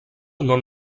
non